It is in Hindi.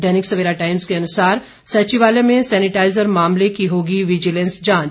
दैनिक सवेरा टाइम्स के अनुसार सचिवालय में सैनिटाइजर मामले की होगी विजिलेंस जांच